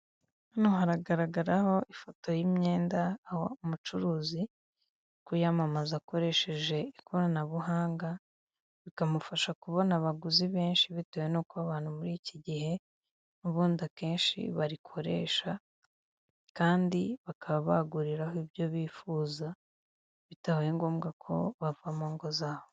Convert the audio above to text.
Hano haragaragara ho ifoto y'imyenda aho umucuruzi ari kuyamamaza akoresheje ikoranabuhanga, rikamufasha kubona abaguzi benshi bitewe n'uko abantu muri iki gihe n'ubundi kenshi barikoresha, kandi bakaba baguriraho ibyo bifuza, bitabaye ngombwa ko bava mu ngo zabo.